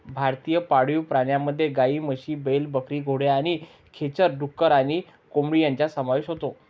भारतीय पाळीव प्राण्यांमध्ये गायी, म्हशी, बैल, बकरी, घोडे आणि खेचर, डुक्कर आणि कोंबडी यांचा समावेश होतो